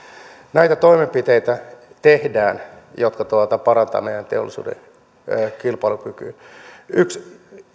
näitä toimenpiteitä jotka parantavat meidän teollisuuden kilpailukykyä tehdään yksi